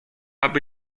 aby